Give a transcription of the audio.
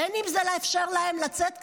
בין אם זה לאפשר להם לצאת לריענון,